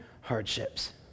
hardships